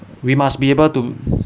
we must be able to